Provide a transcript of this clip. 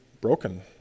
broken